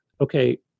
Okay